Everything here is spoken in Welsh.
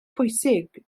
pwysig